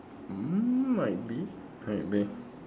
um might be might be